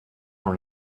from